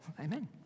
Amen